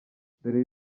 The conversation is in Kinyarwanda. dore